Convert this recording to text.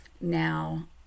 Now